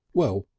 well,